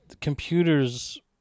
computers